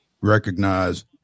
recognize